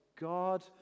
God